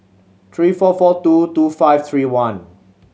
three four four two two five three one